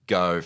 go